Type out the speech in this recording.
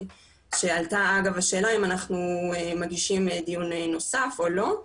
שעלתה אגב השאלה אם אנחנו מגישים דיון נוסף או לא,